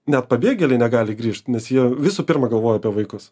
net pabėgėliai negali grįžt nes jie visų pirma galvoja apie vaikus